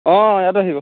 অ ইয়াতো আহিব